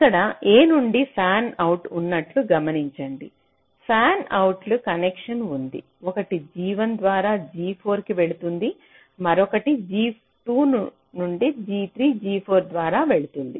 ఇక్కడ a నుండి fan outs ఉన్నట్లు గమనించండి ఫ్యాన్ అవుట్ కనెక్షన్ ఉంది ఒకటి G1 ద్వారా G4 కి వెళుతుంది మరొకటి G2 G3 G4 ద్వారా వెళ్తుంది